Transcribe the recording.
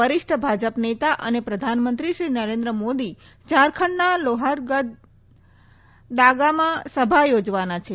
વરિષ્ઠ ભાજપ નેતા અને પ્રધાનમંત્રી શ્રી નરેન્દ્ર મોદી ઝારખંડના લોહારદાગામાં સભા યોજવાના છે